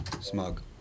Smug